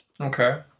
Okay